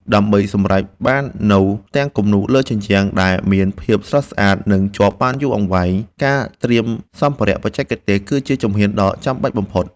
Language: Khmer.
ដើម្បីសម្រេចបាននូវផ្ទាំងគំនូរលើជញ្ជាំងដែលមានភាពស្រស់ស្អាត និងជាប់បានយូរអង្វែង ការត្រៀមសម្ភារៈបច្ចេកទេសគឺជាជំហានដ៏ចាំបាច់បំផុត។